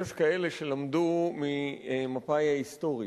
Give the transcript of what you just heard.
יש כאלה שלמדו ממפא"י ההיסטורית.